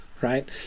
right